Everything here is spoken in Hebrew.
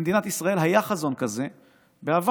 למדינת ישראל היה חזון כזה בעבר,